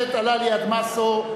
אדמסו,